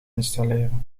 installeren